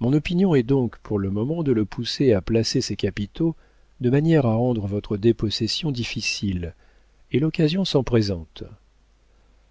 mon opinion est donc pour le moment de le pousser à placer ses capitaux de manière à rendre votre dépossession difficile et l'occasion s'en présente